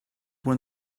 when